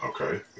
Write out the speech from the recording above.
Okay